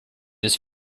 his